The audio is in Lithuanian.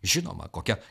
žinoma kokia